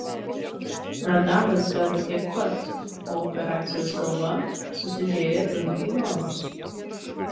radaras gavo tiek pat o operacijos galva susižėrė du milijonus